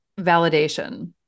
validation